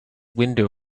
window